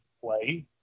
play